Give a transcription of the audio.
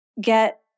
Get